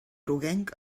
groguenc